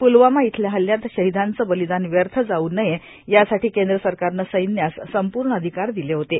पुलवामा इथल्या हल्ल्यात र्शाहदांचं बलोदान व्यथ जाऊ नये यासाठी कद्र सरकारनं सैन्यास संपूण अधिकार दिलं होतं